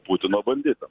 putino banditam